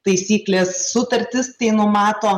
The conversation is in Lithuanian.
taisyklės sutartys tai numato